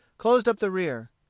closed up the rear.